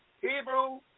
Hebrew